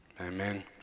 Amen